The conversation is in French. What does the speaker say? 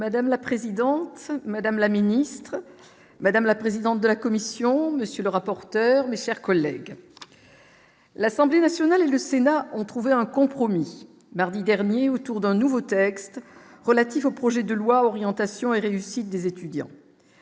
Madame la présidente, madame la ministre, madame la présidente de la Commission, monsieur le rapporteur, mais chers collègues. L'Assemblée nationale et le sénat ont trouvé un compromis mardi dernier autour d'un nouveau texte relatif au projet de loi Orientation et réussite des étudiants.